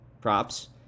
props